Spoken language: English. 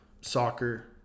soccer